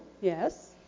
yes